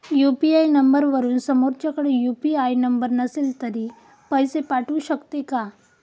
UPI नंबरवरून समोरच्याकडे UPI number नसेल तरी पैसे पाठवू शकते का?